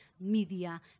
media